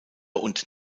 und